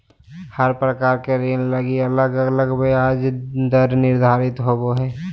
हर प्रकार के ऋण लगी अलग अलग ब्याज दर निर्धारित होवो हय